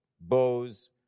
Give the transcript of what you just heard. bows